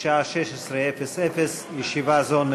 בשעה 16:00.